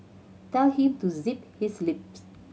tell him to zip his lips